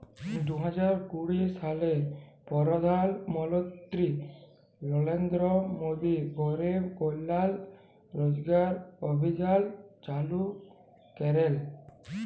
দু হাজার কুড়ি সালে পরধাল মলত্রি লরেলদ্র মোদি গরিব কল্যাল রজগার অভিযাল চালু ক্যরেল